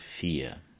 fear